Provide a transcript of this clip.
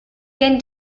can